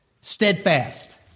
steadfast